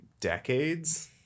decades